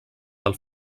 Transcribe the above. del